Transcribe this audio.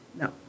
No